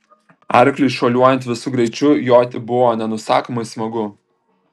arkliui šuoliuojant visu greičiu joti buvo nenusakomai smagu